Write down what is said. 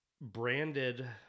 branded